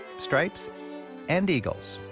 stripes and eagles.